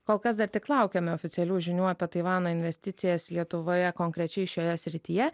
kol kas dar tik laukiame oficialių žinių apie taivano investicijas lietuvoje konkrečiai šioje srityje